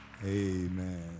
Amen